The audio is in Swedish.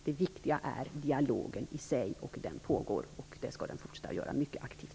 Det viktiga är dialogen i sig. Den pågår och skall fortsätta att göra det mycket aktivt.